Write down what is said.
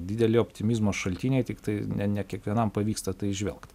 dideli optimizmo šaltiniai tiktai ne ne kiekvienam pavyksta tai įžvelgt